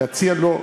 להציע לו,